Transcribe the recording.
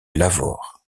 lavaur